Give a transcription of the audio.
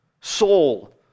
soul